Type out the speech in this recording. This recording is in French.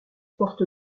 porte